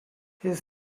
his